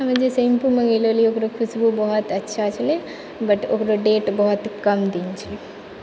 हम जे शैम्पू लगेले रहिए ओकरो खुशबू बहुत अच्छा छलै बट ओकरो डेट बहुत कम दिन छै